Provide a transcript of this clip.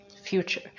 future